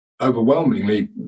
overwhelmingly